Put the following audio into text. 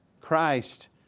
Christ